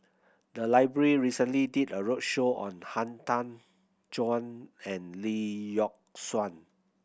the library recently did a roadshow on Han Tan Juan and Lee Yock Suan